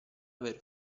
aver